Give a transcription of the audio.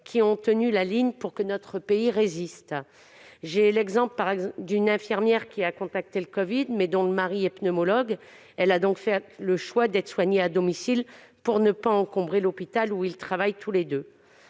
qui ont tenu la ligne pour que notre pays résiste ? J'ai l'exemple d'une infirmière atteinte du covid-19 qui, son mari étant pneumologue, a fait le choix d'être soignée à domicile pour ne pas encombrer l'hôpital où ils travaillent tous les deux.